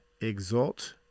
exalt